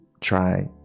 try